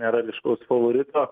nėra ryškaus favorito